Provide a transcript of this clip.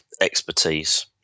expertise